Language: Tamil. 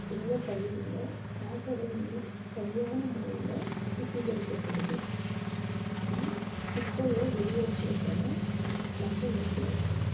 எங்கள் பகுதியில் சாக்கடை நீர் சரியான முறையில் சுத்தீகரிக்கப்படுது ஆனால் குப்பையை வெளியேற்ற மக்களுக்கு